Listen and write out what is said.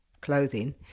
clothing